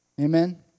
Amen